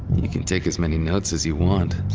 you can take as many notes as you want,